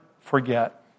forget